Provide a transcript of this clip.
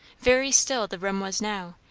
very still the room was now,